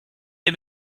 les